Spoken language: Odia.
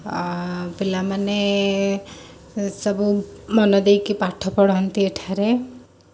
ପିଲାମାନେ ସବୁ ମନ ଦେଇକି ପାଠ ପଢ଼ନ୍ତି ଏଠାରେ